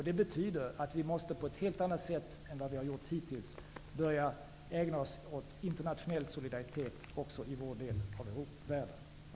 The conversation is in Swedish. Det betyder att vi på ett helt annat sätt än vad vi har gjort hittills måste börja ägna oss åt internationell solidaritet också i vår del av världen.